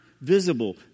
visible